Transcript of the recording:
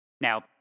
Now